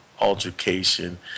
altercation